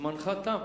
זמנך תם.